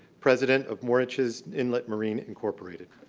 president of moriches inlet marine incorporated.